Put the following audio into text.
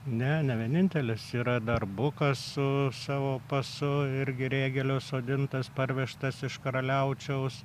ne ne vienintėlis yra dar bukas su savo pasu irgi sodintas parvežtas iš karaliaučiaus